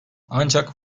ancak